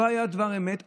לא היה דבר אמת,